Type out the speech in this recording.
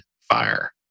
fire